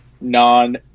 non